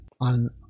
on